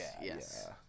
Yes